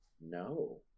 no